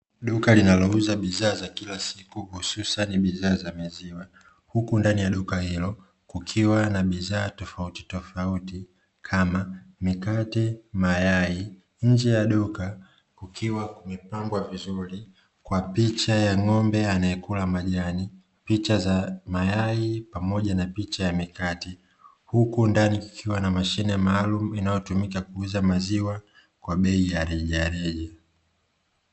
Duka linalouza bidhaa za kila siku hususani bidhaa za maziwa huku ndani ya duka hilo kukiwa na bidhaa tofautitofauti kama mikate, mayai, nje ya duka kukiwa kumepambwa vizuri kwa picha ya ng’ombe anayekula majani, picha za mayai pamoja na picha ya mikate huku ndani kukiwa na mashine maalumu inayotumika kuuza maziwa kwa bei ya rejareja.